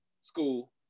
school